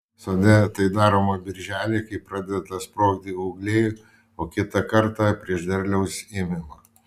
sode tai daroma birželį kai pradeda sprogti ūgliai o kitą kartą prieš derliaus ėmimą